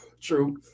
True